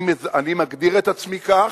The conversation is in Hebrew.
אני מגדיר את עצמי כך,